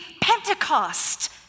Pentecost